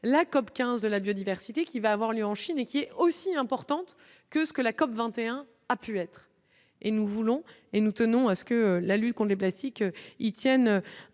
la COP 15 de la biodiversité qui va avoir lieu en Chine et qui est aussi importante que ce que la COB 21 a pu être et nous voulons et nous tenons à ce que la lutte on des plastiques, ils tiennent